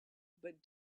but